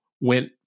went